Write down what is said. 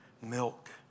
milk